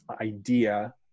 idea